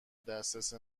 دسترس